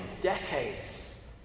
decades